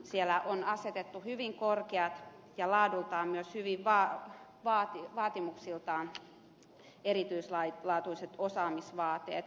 siellä on asetettu hyvin korkeat laadultaan ja vaatimuksiltaan myös hyvin erityislaatuiset osaamisvaateet